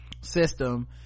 system